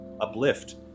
uplift